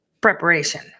preparation